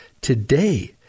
today